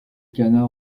canard